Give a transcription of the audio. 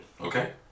Okay